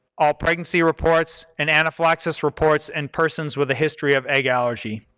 all pregnancy reports, and anaphylaxis reports and persons with a history of egg allergy.